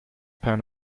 pound